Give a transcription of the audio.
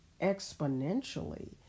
exponentially